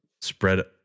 spread